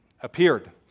appeared